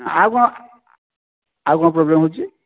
ଆଉ କଣ ଆଉ କଣ ପ୍ରୋବ୍ଲେମ୍ ହେଉଛି